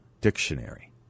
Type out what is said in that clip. Dictionary